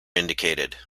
indicated